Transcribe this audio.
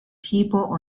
people